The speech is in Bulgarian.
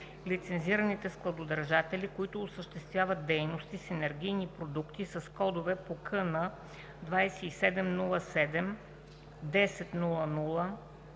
лицензираните складодържатели, които осъществяват дейности с енергийни продукти с кодове по КН 2707 10 00,